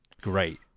great